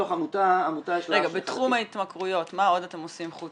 בתחום ההתמכרויות מה עוד אתם עושים?